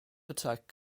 attack